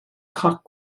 cock